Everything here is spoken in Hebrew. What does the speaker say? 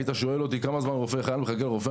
היית שואל אותי: כמה זמן מחכה חייל לרופא?